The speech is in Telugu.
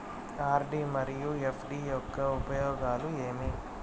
ఆర్.డి మరియు ఎఫ్.డి యొక్క ఉపయోగాలు ఏమి?